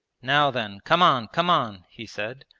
now then, come on, come on he said,